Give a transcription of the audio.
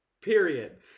Period